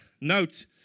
note